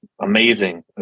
Amazing